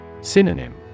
Synonym